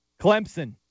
Clemson